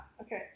Okay